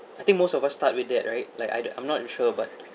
I think most of us start with that right like I I'm not sure but